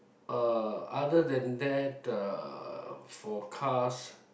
uh other than that uh for cars